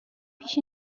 پیش